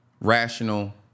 rational